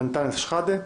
ואנטאנס שחאדה.